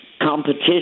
competition